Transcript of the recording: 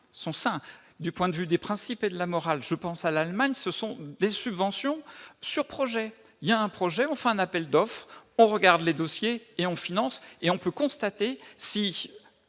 du point de vue des principes et de la morale, je pense à l'Allemagne, ce sont les subventions sur projet il y a un projet, enfin un appel d'offres, on regarde les dossiers et en finance et on peut constater si